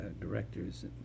directors